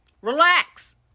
Relax